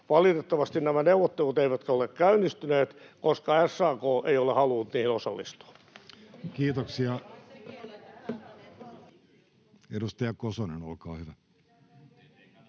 Valitettavasti nämä neuvottelut eivät ole käynnistyneet, koska SAK ei ole halunnut niihin osallistua. [Suna Kymäläinen: Ai te